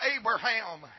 Abraham